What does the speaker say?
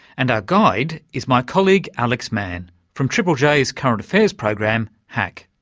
and our guide is my colleague alex mann from triple j's current affairs program hack.